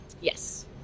Yes